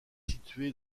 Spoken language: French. située